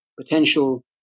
potential